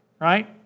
right